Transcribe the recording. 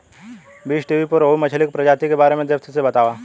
बीज़टीवी पर रोहु मछली के प्रजाति के बारे में डेप्थ से बतावता